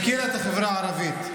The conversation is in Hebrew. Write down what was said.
הפקירה את החברה הערבית.